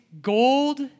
gold